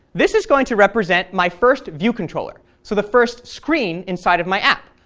this is going to represent my first view controller, so the first screen inside of my app.